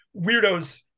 weirdos